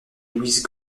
louise